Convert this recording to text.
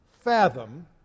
fathom